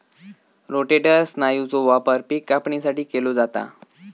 rotator स्नायूचो वापर पिक कापणीसाठी केलो जाता